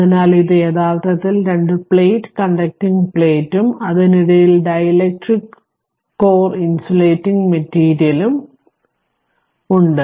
അതിനാൽ ഇത് യഥാർത്ഥത്തിൽ രണ്ട് പ്ലേറ്റ് കണ്ടക്റ്റിംഗ് പ്ലേറ്റും അതിനിടയിൽ ഡീലക്ട്രിക് കോൾ ഇൻസുലേറ്റിംഗ് മെറ്റീരിയലും ഉണ്ട്